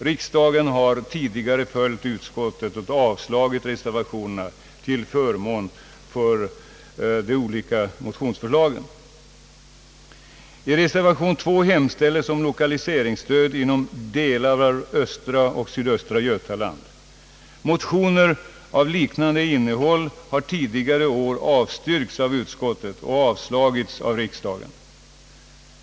Riksdagen har tidigare följt utskottet och avslagit reservationerna till förmån för de olika motionsförslagen. I reservation nr 2 hemställes om l1okaliseringsstöd inom delar av östra och sydöstra Götaland. Motioner av liknande innehåll har tidigare år avstyrkts av utskottet och avslagits av riksdagen.